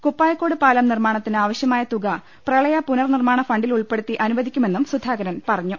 കുപ്പായക്കോട് പാലം നിർമാണത്തിന് ആവശ്യമായ തുക പ്രളയപുനർ ് നിർമാണ ഫണ്ടിലുൾപ്പെടുത്തി അനുവദിക്കുമെന്നും സുധാകരൻ പറഞ്ഞു